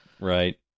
Right